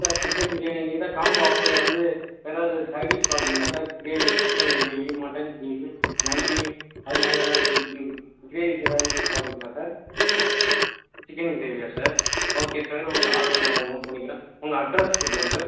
sir chicken biryani கூட combo offer வந்து எதாவது சைடு டிஷ் பார்க்குறீங்களா sir gravy chicken gravy mutton gravy நல்லி அத மாதிரி எதாவது கிரேவிஸ் எதாவது பார்க்குறீங்களா சார் சிக்கன் கிரேவியா சார் ஓகே சார் உங்கள் ஆர்டர்ரை நாங்கள் நோட் பண்ணிக்கிறேன் உங்கள் அட்ரஸ் சொல்லுங்கள் சார்